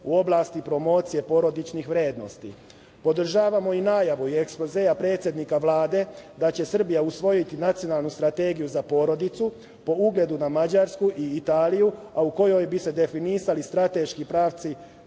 u oblasti promocije porodičnih vrednosti. Podržavamo i najavu i ekspozea predsednika Vlade da će Srbija usvojiti nacionalnu strategiju za porodicu, po ugledu na Mađarsku i Italiju, a u kojoj bi se definisali strateški pravci